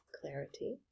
clarity